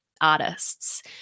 artists